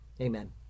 Amen